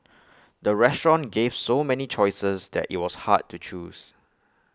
the restaurant gave so many choices that IT was hard to choose